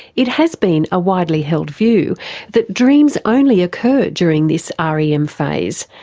it has been a widely held view that dreams only occur during this ah rem phase,